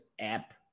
app